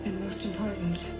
most important.